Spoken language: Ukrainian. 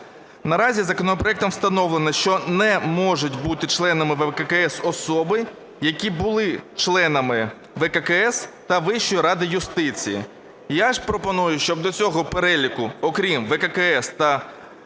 Наразі законопроектом встановлено, що не можуть бути членами ВККС особи, які були членами ВККС та Вищої ради юстиції. Я ж пропоную, щоб до цього переліку, окрім ВККС та ВРЮ,